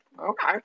okay